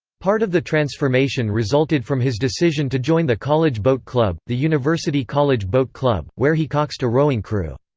part of the transformation resulted from his decision to join the college boat club, the university college boat club, where he coxed a rowing crew.